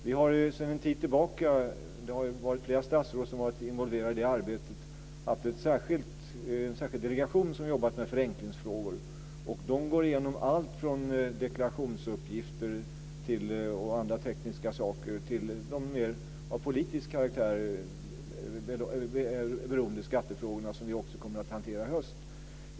Vi har sedan en tid tillbaka - flera statsråd har ju varit involverade i det arbetet - haft en särskild delegation som har jobbat med förenklingsfrågor. Den går igenom allt från deklarationsuppgifter och andra tekniska saker till det som är mer av politisk karaktär när det gäller skattefrågorna. Det här kommer vi också att hantera i höst.